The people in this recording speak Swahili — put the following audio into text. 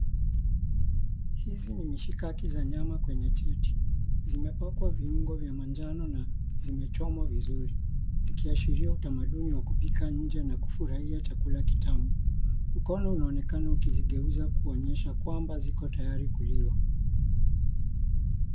Hizi ni mishikaki za nyama kwenye cheti. Zimepakwa viungo vya manjano na zimechomwa vizuri zikiashiria utamaduni wa kupika inje na kufurahia chakula kitamu. Mkono unaonekana ukizigeuza kuonyesha kwamba ziko tayari kuliwa.